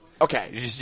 Okay